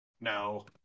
No